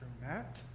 Matt